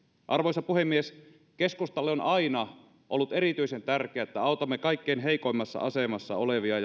arvoisa puhemies keskustalle on aina ollut erityisen tärkeää että autamme kaikkein heikoimmassa asemassa olevia